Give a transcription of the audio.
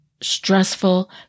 stressful